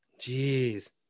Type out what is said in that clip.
Jeez